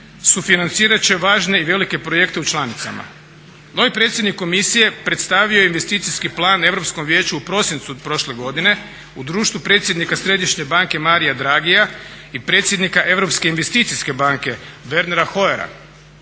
sufinancirati će važne i velike projekte u članicama. Moj predsjednik komisije predstavio je investicijski plan Europskom vijeću u prosincu prošle godine u društvu predsjednika Središnje banke Marija Draghija i predsjednika Europske investicijske banke Wernera Hoyera.